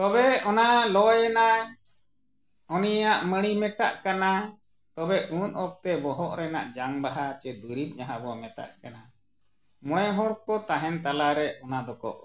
ᱛᱚᱵᱮ ᱚᱱᱟ ᱞᱚᱭᱮᱱᱟ ᱩᱱᱤᱭᱟᱜ ᱢᱟᱹᱲᱤ ᱢᱮᱴᱟᱜ ᱠᱟᱱᱟ ᱛᱚᱵᱮ ᱩᱱ ᱚᱠᱛᱮ ᱵᱚᱦᱚᱜ ᱨᱮᱱᱟᱜ ᱡᱟᱝ ᱵᱟᱦᱟ ᱥᱮ ᱫᱩᱨᱤᱵᱽ ᱡᱟᱦᱟᱸ ᱵᱚᱱ ᱢᱮᱛᱟᱜ ᱠᱟᱱᱟ ᱢᱚᱬᱮ ᱦᱚᱲ ᱠᱚ ᱛᱟᱦᱮᱱ ᱛᱟᱞᱟ ᱨᱮ ᱚᱱᱟ ᱫᱚᱠᱚ ᱚᱰᱚᱠᱟ